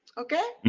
okay?